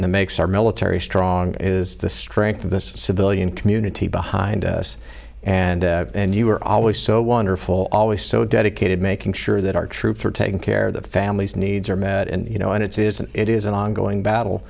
the makes our military strong is the strength of this civilian community behind us and and you were always so wonderful always so dedicated making sure that our troops are taken care of the family's needs are met and you know and it isn't it is an ongoing battle